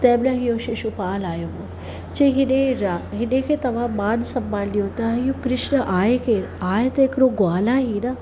तंहिंमहिल इहो शिषुपाल आयो हो चए हेॾे रा हेॾे खे तव्हां मान सम्मान ॾियो त हियो कृष्ण आहे केरु आहे त हिकिड़ो ग्वाला ई न